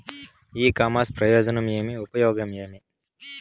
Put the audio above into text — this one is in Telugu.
ఇ కామర్స్ ప్రయోజనం ఏమి? ఉపయోగం ఏమి?